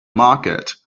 market